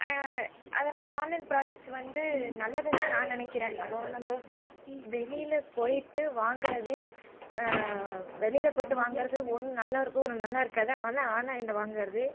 அதனாலே online products வந்து நல்லதுன்னு தான் நான் நினைக்கிறேன் இப்போது நம்ப வெளியில் போயிட்டு வாங்குவது வெளியில் போய்ட்டு வாங்குவது ஒன்று நல்லாயிருக்கும் ஒன்று நல்லாயிருக்காது ஆனால் ஆல்லைனில் வாங்குவது